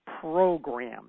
program